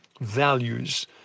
values